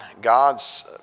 God's